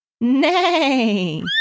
Nay